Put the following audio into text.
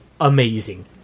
amazing